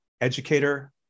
educator